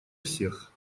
всех